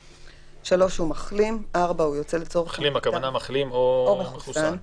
(3) הוא מחלים," הוא מחלים או מחוסן.